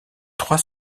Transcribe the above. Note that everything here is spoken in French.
trois